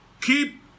Keep